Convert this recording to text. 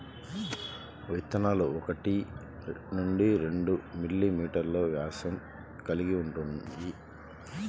విత్తనాలు ఒకటి నుండి రెండు మిల్లీమీటర్లు వ్యాసం కలిగి ఉంటాయి